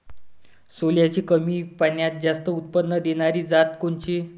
सोल्याची कमी पान्यात जास्त उत्पन्न देनारी जात कोनची?